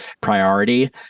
priority